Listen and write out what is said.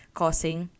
causing